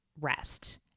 rest